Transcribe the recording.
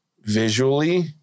visually